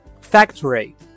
Factory